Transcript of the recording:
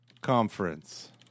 Conference